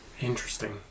Interesting